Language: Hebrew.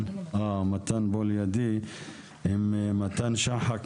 מתן שחק,